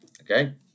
okay